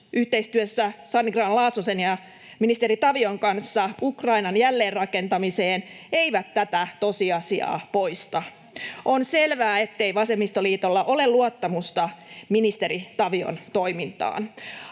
yhteistyössä Sanni Grahn-Laasosen ja ministeri Tavion kanssa rustaamat osiot Ukrainan jälleenrakentamiseen eivät tätä tosiasiaa poista. On selvää, ettei vasemmistoliitolla ole luottamusta ministeri Tavion toimintaan.